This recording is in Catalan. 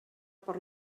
per